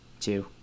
two